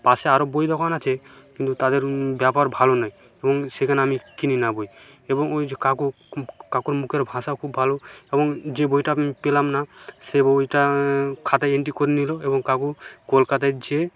পাশে আরও বই দোকান আছে কিন্তু তাদের ব্যবহার ভালো নয় এবং সেখানে আমি কিনি না বই এবং ওই যে কাকু কাকুর মুখের ভাষা খুব ভালো এবং যে বইটা আমি পেলাম না সে বইটা খাতায় এন্ট্রি করে নিলো এবং কাকু কলকাতায় যেয়ে